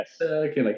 Yes